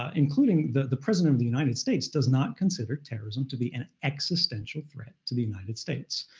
ah including the the president of the united states does not consider terrorism to be an existential threat to the united states.